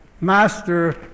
master